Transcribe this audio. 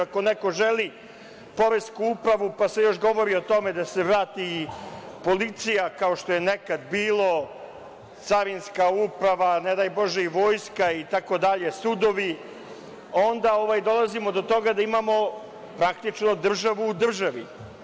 Ako neko želi poresku upravu, pa se još govori o tome da se vrati policija, kao što je nekad bilo, carinska uprava, ne daj Bože i vojska, sudovi, onda dolazimo do toga da imamo praktično državu u državi.